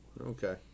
Okay